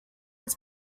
its